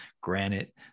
granite